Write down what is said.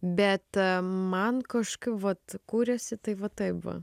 bet man kažkaip vat kuriasi tai va taip va